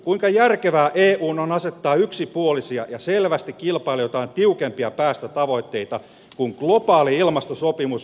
kuinka järkevää eun on asettaa yksipuolisia ja selvästi kilpailijoitaan tiukempia päästötavoitteita kun globaali ilmastosopimus junnaa paikallaan